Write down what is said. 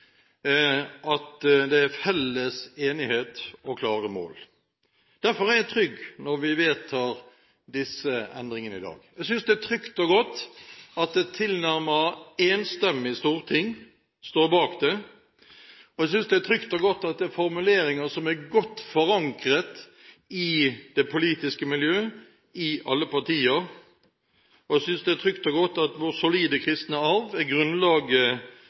at det er felles enighet og klare mål. Derfor er jeg trygg når vi vedtar disse endringene i dag. Jeg synes det er trygt og godt at et tilnærmet enstemmig storting står bak det, jeg synes det er trygt og godt at det er formuleringer som er godt forankret i det politiske miljø, i alle partier, jeg synes det er trygt og godt at vår solide kristne arv er